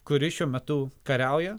kuri šiuo metu kariauja